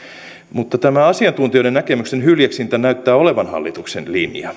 mutta tämä asiantuntijoiden näkemysten hyljeksintä näyttää olevan hallituksen linja